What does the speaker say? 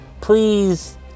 Please